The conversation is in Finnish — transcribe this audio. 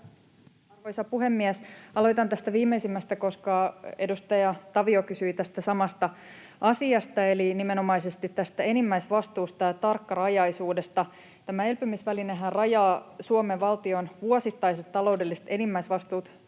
Arvoisa puhemies! Aloitan tästä viimeisimmästä, koska edustaja Tavio kysyi tästä samasta asiasta eli nimenomaisesti tästä enimmäisvastuusta ja tarkkarajaisuudesta. Tämä elpymisvälinehän rajaa Suomen valtion vuosittaiset taloudelliset enimmäisvastuut kaikissa